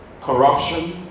corruption